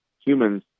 humans